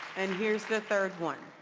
and here's the third one.